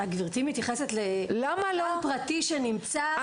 גברתי מתייחסת לגן פרטי שנמצא ב ---?